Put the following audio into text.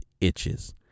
itches